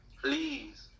please